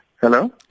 Hello